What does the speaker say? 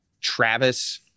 Travis